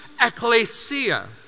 ecclesia